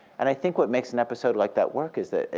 and i think what makes an episode like that work is that,